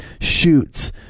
shoots